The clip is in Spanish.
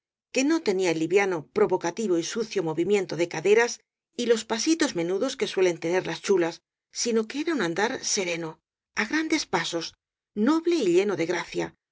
que no tenía el liviano provocativo y sucio movi miento de caderas y los pasitos menudos que suelen tener las chulas sino que era un andar sereno á grandes pasos noble y lleno de gracia